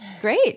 Great